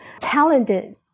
talented